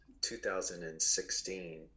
2016